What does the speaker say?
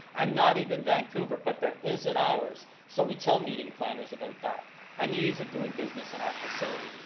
and not even vancouver. but there is at ours. so we tell meeting planners about that and the ease of doing business in our facility.